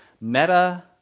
Meta